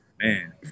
Man